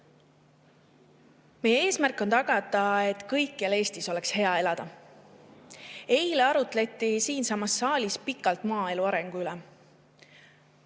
Meie eesmärk on tagada, et kõikjal Eestis oleks hea elada. Eile arutati siinsamas saalis pikalt maaelu arengu üle.